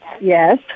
yes